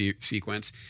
sequence